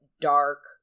dark